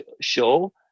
show